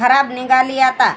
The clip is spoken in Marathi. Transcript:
खराब निघाली आता